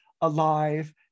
alive